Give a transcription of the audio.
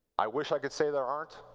i wish i could say there aren't.